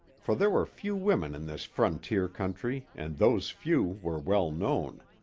for there were few women in this frontier country and those few were well known.